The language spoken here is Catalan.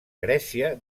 grècia